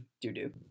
do-do